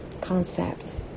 concept